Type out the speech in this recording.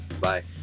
bye